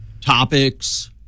topics